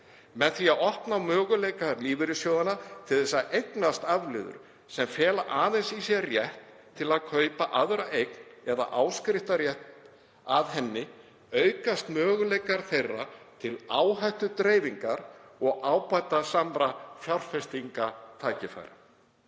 Með því að opna á möguleika lífeyrissjóða til þess að eignast afleiður sem fela aðeins í sér rétt til að kaupa aðra eign eða áskriftarréttindi að henni aukast möguleikar þeirra til áhættudreifingar og ábatasamra fjárfestingartækifæra.